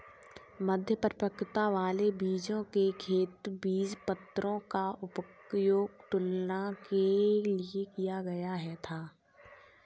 मध्य परिपक्वता वाले बीजों के खेत बीजपत्रों का उपयोग तुलना के लिए किया गया था